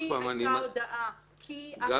כי הייתה הודאה, כי הנסיבות הן כל כך חמורות.